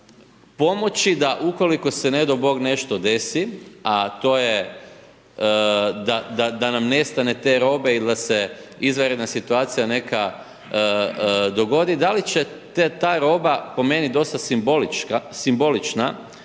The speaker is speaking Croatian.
pomoći da ukoliko se, ne dao Bog, nešto desi, a to je da nam nestane te robe ili da se izvanredna situacija neka dogodi, da li će ta roba, po meni dosta simbolična,